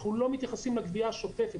אנחנו לא מתייחסים לגבייה השוטפת.